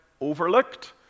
overlooked